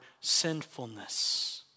sinfulness